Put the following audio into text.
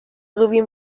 sowie